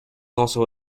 also